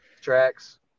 tracks